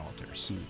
altars